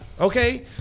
okay